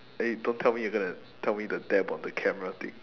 eh don't tell me you're gonna tell me the dab on the camera thing